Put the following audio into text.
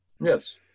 Yes